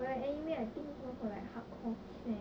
but the anime I think it's more for like hardcore fan